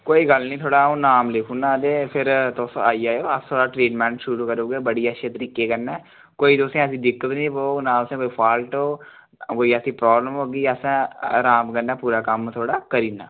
कोई गल्ल निं ते फिर थुआढ़ा नाम लिखी ओड़ना ते तुस अंदर आई जायो अस थुआढ़ा ट्रीटमेंट शुरू करी ओड़गे बड़ी अच्छी तरीकै कन्नै कोई तुसेंगी ऐसी दिक्कत निं पौग ना कोई फॉल्ट पौग कोई प्रॉब्लम होगी ते रहाम कन्नै असें थुआढ़ा कम्म करी ओड़ना